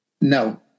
No